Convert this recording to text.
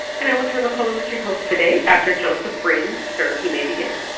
and i will turn the call over to your host today, dr. joseph breen. sir, you may begin.